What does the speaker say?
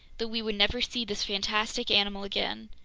that we would never see this fantastic animal again.